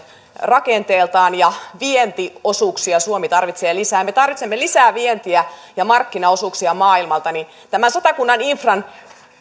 rakenteeltaan ja vientiosuuksia suomi tarvitsee lisää me tarvitsemme lisää vientiä ja markkinaosuuksia maailmalta niin tätä satakunnan infran